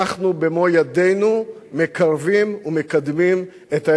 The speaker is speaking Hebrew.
אנחנו במו-ידינו מקרבים ומקדמים את האפשרות,